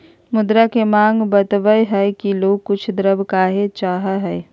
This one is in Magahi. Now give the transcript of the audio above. मुद्रा के माँग बतवय हइ कि लोग कुछ द्रव्य काहे चाहइ हइ